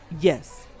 Yes